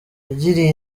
yagiriye